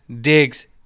digs